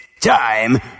time